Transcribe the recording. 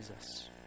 Jesus